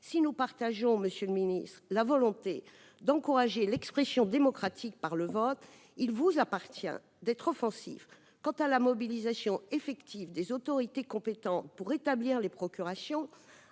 Si nous partageons la volonté d'encourager l'expression démocratique par le vote, il vous appartient d'être offensif quant à la mobilisation effective des autorités compétentes pour établir les procurations,